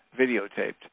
videotaped